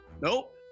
nope